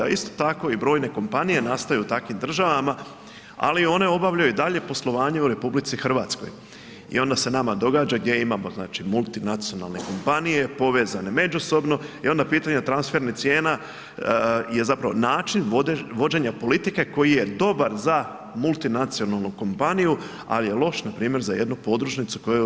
A isto tako i brojne kompanije nastaju u takvim državama, ali one obavljaju i dalje poslovanje u RH i onda se nama događa gdje imamo multinacionalne kompanije povezane međusobno i onda pitanje transfernih cijena je način vođenja politike koji je dobar za multinacionalnu kompaniju, ali je loš npr. za jednu podružnicu koja je u RH.